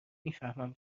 میفهمم